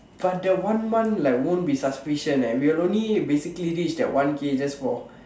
but the one month like won't be sufficient eh we will only basically only reach the one K just for